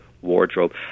wardrobe